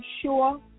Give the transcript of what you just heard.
sure